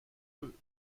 eux